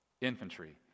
infantry